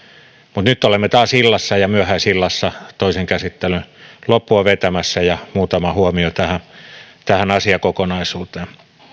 mutta nyt olemme taas illassa ja myöhäisillassa toisen käsittelyn loppua vetämässä muutama huomio tähän tähän asiakokonaisuuteen